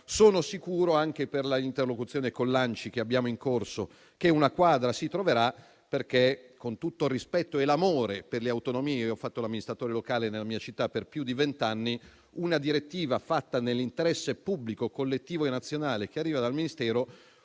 Sono sicuro, anche per l'interlocuzione in corso con l'ANCI, che una quadra si troverà perché, con tutto il rispetto e l'amore per le autonomie, avendo fatto l'amministratore locale nella mia città per più di vent'anni, posso dire che una direttiva fatta nell'interesse pubblico, collettivo e nazionale che arriva dal Ministero